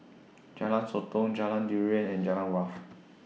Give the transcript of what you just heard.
Jalan Sotong Jalan Durian and Jurong Wharf